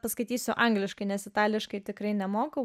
paskaitysiu angliškai nes itališkai tikrai nemoku